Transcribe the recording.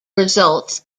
results